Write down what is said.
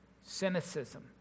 cynicism